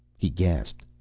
he gasped.